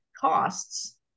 costs